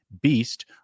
beast